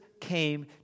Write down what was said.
came